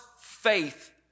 faith